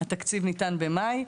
התקציב ניתן בחודש מאי,